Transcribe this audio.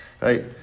Right